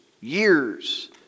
years